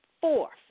fourth